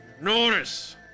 notice